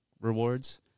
rewards